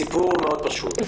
הסיפור פשוט מאוד,